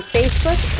Facebook